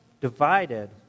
divided